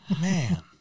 man